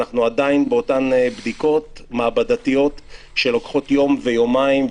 אנחנו עדיין באותן בדיקות מעבדתיות שלוקחות יום ויומיים,